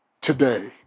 today